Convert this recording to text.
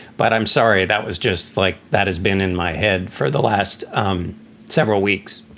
but i'm sorry, that was just like that has been in my head for the last um several weeks.